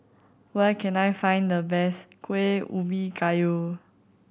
where can I find the best Kuih Ubi Kayu